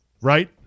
right